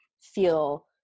feel